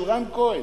של רן כהן,